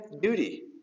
duty